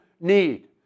need